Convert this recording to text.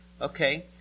okay